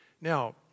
Now